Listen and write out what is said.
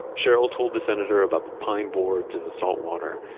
cheryl told the senator about the pine boards and the saltwater.